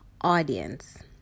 audience